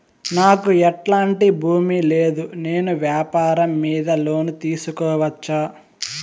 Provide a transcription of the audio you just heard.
నాకు ఎట్లాంటి భూమి లేదు నేను వ్యాపారం మీద లోను తీసుకోవచ్చా?